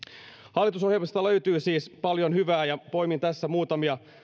hallitusohjelmasta löytyy siis paljon hyvää ja poimin tässä muutamia